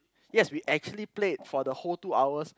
yes we actually played for the whole two hours